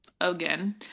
again